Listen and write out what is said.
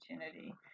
opportunity